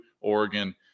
Oregon